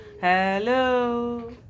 Hello